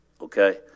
okay